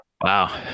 Wow